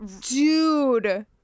Dude